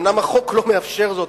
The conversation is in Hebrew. אומנם החוק לא מאפשר זאת,